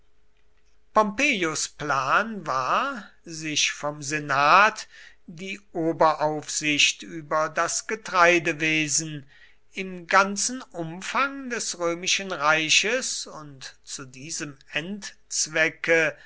pompeius plan war sich vom senat die oberaufsicht über das getreidewesen im ganzen umfang des römischen reiches und zu diesem endzwecke